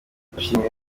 ndashimira